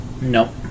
Nope